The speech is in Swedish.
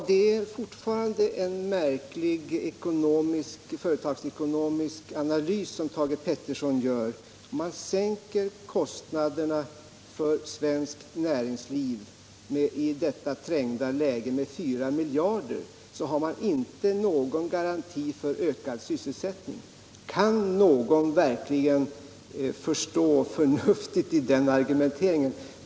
Herr talman! Det är en märklig företagsekonomisk analys Thage Peterson gör. Om man sänker kostnaderna för svenskt näringsliv i detta trängda läge med 4 miljarder, skulle man inte ha någon garanti för ökad sysselsättning! Kan någon förstå det förnuftiga i den argumenteringen?